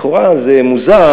לכאורה זה מוזר,